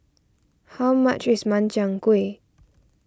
how much is Makchang Gui